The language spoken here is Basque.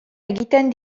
egiten